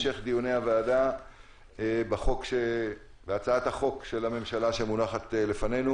ישיבת הוועדה בהצעת החוק של הממשלה שמונחת לפנינו.